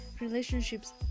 relationships